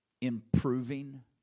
Improving